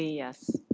yes.